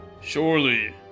Surely